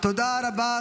תודה רבה.